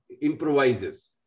improvises